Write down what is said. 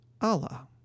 Allah